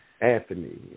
Anthony